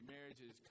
marriages